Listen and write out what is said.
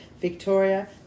Victoria